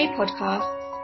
podcasts